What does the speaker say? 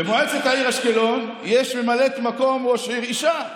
במועצת העיר אשקלון יש ממלאת מקום ראש העיר אישה,